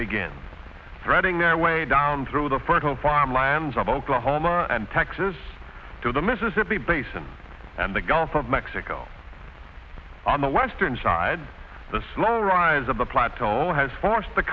begin threading their way down through the fertile farmlands of oklahoma and texas to the mississippi basin and the gulf of mexico on the western side the slow rise of the plateau has forced the